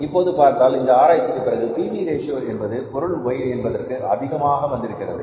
இப்போது பார்த்தால் இந்த ஆராய்ச்சிகளுக்கு பின் பி வி ரேஷியோ என்பது பொருள் Y என்பதற்கு அதிகமாக வந்திருக்கிறது